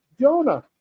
Jonah